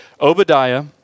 Obadiah